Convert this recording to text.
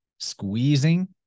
Squeezing